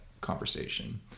conversation